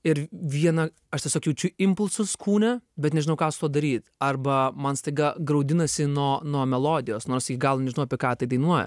ir viena aš tiesiog jaučiu impulsus kūne bet nežinau ką su tuo daryt arba man staiga graudinasi nuo nuo melodijos nors iki galo nežinau apie ką tai dainuoja